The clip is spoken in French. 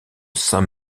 saint